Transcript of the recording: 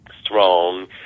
strong